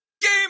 Game